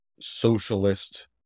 socialist